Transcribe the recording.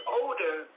older